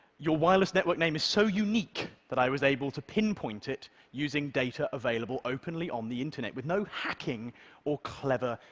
your wireless network name is so unique that i was able to pinpoint it using data available openly on the internet with no hacking or clever,